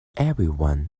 everyone